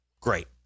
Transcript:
Great